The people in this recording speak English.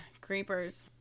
creepers